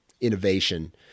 innovation